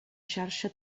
xarxa